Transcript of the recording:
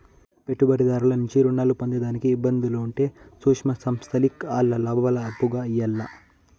పెట్టుబడిదారుల నుంచి రుణాలు పొందేదానికి ఇబ్బందులు ఉంటే సూక్ష్మ సంస్థల్కి ఆల్ల లాబాలు అప్పుగా ఇయ్యాల్ల